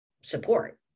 support